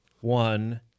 one